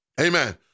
Amen